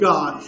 God